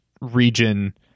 region